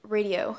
Radio